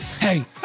Hey